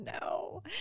no